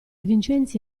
vincenzi